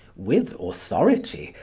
with authority,